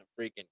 freaking